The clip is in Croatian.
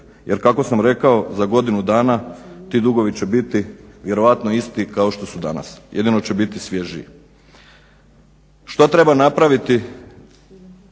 jer kako sam rekao za godinu dana ti dugovi će biti vjerojatno isti kao što su danas, jedino će biti svježiji. Šta treba napraviti